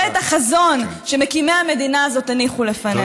ואת החזון שמקימי המדינה הניחו לפנינו.